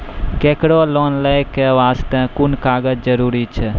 केकरो लोन लै के बास्ते कुन कागज जरूरी छै?